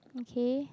okay